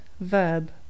verb